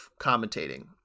commentating